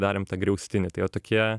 darėm tą griaustinį tai va tokie